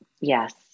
Yes